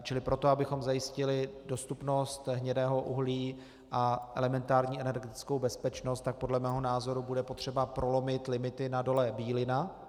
Čili pro to, abychom zajistili dostupnost hnědého uhlí a elementární energetickou bezpečnost, tak podle mého názoru bude potřeba prolomit limity na Dole Bílina.